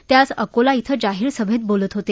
ते आज अकोला इथं जाहीर सभेत बोलत होते